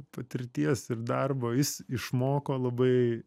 patirties ir darbo jis išmoko labai